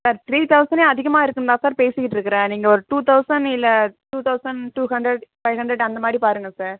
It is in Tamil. சார் த்ரீ தொளசணே அதிகமாக இருக்குதுன் தான் சார் பேசிகிட்ருக்கிறேன் நீங்கள் ஒரு டூ தொளசண்ட் இல்லை two thousand two hundred five hundred அந்த மாதிரி பாருங்கள் சார்